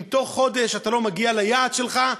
אם בתוך חודש אתה לא מגיע ליעד שלך,